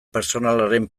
pertsonalaren